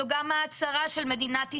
זאת גם ההצהרה של מדינת ישראל.